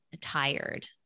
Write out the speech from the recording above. tired